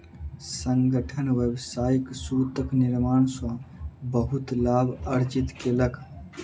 संगठन व्यावसायिक सूतक निर्माण सॅ बहुत लाभ अर्जित केलक